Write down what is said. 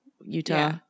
Utah